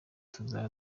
tuzaba